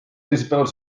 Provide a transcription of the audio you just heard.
teisipäeval